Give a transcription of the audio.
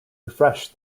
refresh